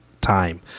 time